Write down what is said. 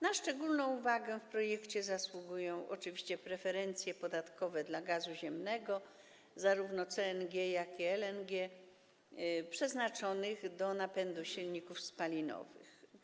Na szczególną uwagę w projekcie zasługują oczywiście preferencje podatkowe dla gazu ziemnego, zarówno CNG, jak i LNG, przeznaczonego do napędu silników spalinowych.